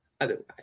otherwise